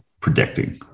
predicting